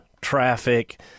traffic